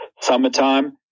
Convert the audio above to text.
summertime